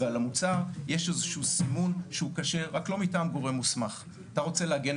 אבל יש פה דברים שהם לב ליבה